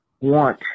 want